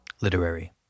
Literary